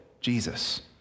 Jesus